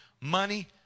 Money